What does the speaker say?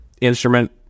Instrument